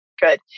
good